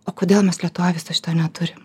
o kodėl mes lietuvoj viso šito neturim